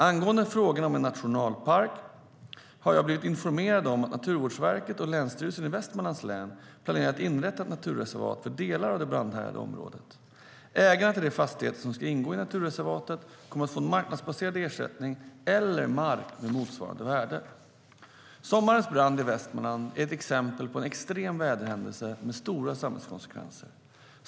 Angående frågorna om en nationalpark har jag blivit informerad om att Naturvårdsverket och Länsstyrelsen i Västmanlands län planerar att inrätta ett naturreservat för delar av det brandhärjade området. Ägarna till de fastigheter som ska ingå i naturreservatet kommer att få en marknadsbaserad ersättning eller mark med motsvarande värde. Sommarens brand i Västmanland är ett exempel på en extrem väderhändelse med stora samhällskonsekvenser.